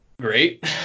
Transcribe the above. great